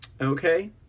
Okay